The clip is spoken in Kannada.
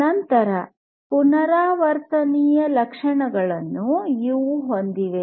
ನಂತರ ಪುನರಾವರ್ತನೀಯ ಲಕ್ಷಣಗಳನ್ನು ಇವು ಹೊಂದಿವೆ